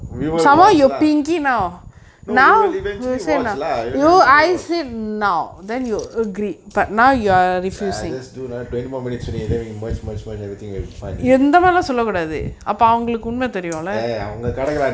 we will watch lah no who we will eventually watch lah eventually watch ah I just do not twenty more minutes today let me much much much everything will be fine it is ah அவங்க கெடக்குறாங்க: avanga kedakuraanga